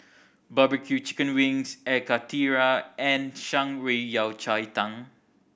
barbecue chicken wings Air Karthira and Shan Rui Yao Cai Tang